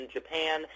Japan